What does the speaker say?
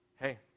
hey